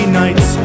nights